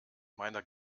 meiner